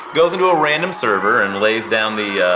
goes into a random server and lays down the,